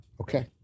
Okay